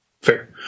Fair